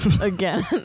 Again